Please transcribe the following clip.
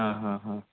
ହଁ ହଁ ହଁ